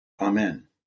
Amen